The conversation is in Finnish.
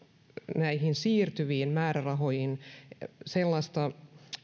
näihin siirtyviin määrärahoihin sellaista